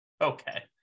Okay